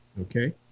okay